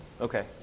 Okay